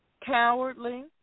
Cowardly